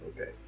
Okay